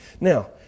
Now